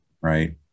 right